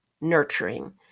nurturing